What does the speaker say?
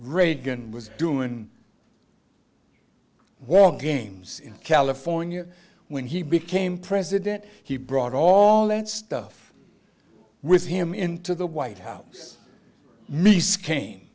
reagan was doing war games in california when he became president he brought all that stuff with him into the white house nice came